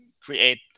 create